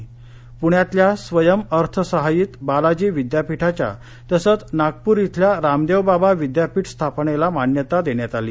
पूण्यातल्या स्वयंअर्थसहाय्यित बालाजी विद्यापीठाच्या तसंच नागपूर इथंल्या रामदेवबाबा विद्यापीठ स्थापनेला मान्यता देण्यात आली